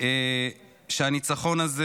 שהניצחון הזה